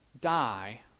die